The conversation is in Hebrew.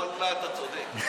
ואללה, אתה צודק.